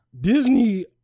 Disney